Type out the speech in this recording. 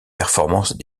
performances